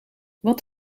wat